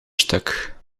stuk